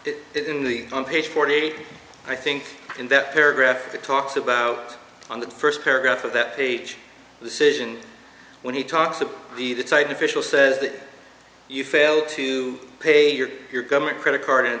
three in the on page forty eight i think in that paragraph it talks about on the first paragraph of that page sedition when he talks about the that site official says that you failed to pay your your government credit card in a